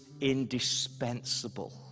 indispensable